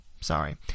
Sorry